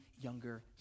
younger